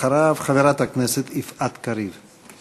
אחריו, חברת הכנסת יפעת קריב.